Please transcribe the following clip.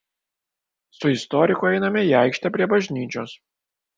su istoriku einame į aikštę prie bažnyčios